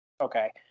Okay